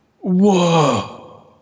whoa